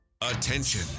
Attention